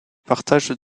partagent